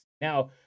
Now